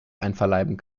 einverleiben